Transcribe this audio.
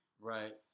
Right